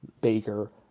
Baker